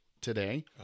Today